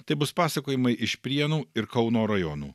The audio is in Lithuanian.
tai bus pasakojimai iš prienų ir kauno rajonų